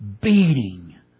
beating